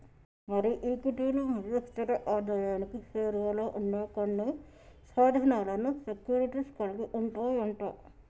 మరి ఈక్విటీలు మరియు స్థిర ఆదాయానికి సేరువలో ఉండే కొన్ని సాధనాలను సెక్యూరిటీస్ కలిగి ఉంటాయి అంట